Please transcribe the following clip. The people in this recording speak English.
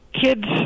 kids